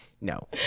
No